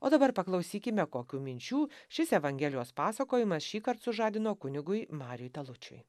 o dabar paklausykime kokių minčių šis evangelijos pasakojimas šįkart sužadino kunigui mariui talučiui